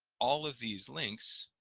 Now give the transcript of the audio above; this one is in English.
all of these links